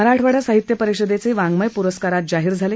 मराठवाडा साहित्य परिषदेचे वाडःमय पुरस्कार आज जाहीर झाले